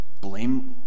Blame